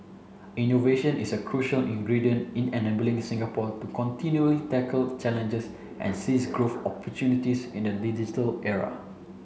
innovation is a crucial ingredient in enabling Singapore to continually tackle challenges and seize growth opportunities in a digital era